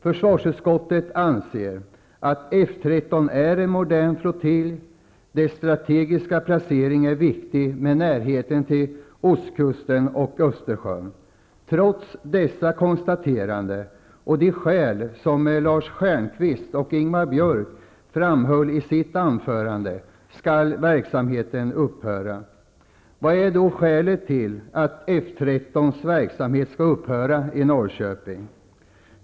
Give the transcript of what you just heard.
Försvarsutskottet anser att F 13 är en modern flottilj. Dess strategiska placering är viktig med närheten till ostkusten och Östersjön. Trots detta konstaterande och de skäl som Lars Stjernkvist och Ingvar Björk framhöll i sina anföranden skall verksamheten upphöra. Vad är då skälet till att F 13:s verksamhet skall upphöra i Norrköping?